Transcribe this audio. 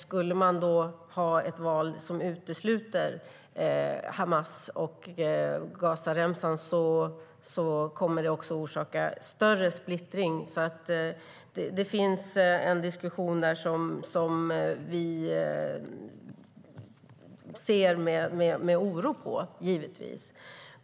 Skulle man ha ett val som utesluter Hamas och Gazaremsan kommer det att orsaka större splittring. Det finns en diskussion där som vi givetvis ser med oro på.